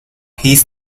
his